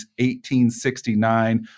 1869